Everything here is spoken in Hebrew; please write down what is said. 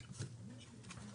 סדר-היום: